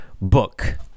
book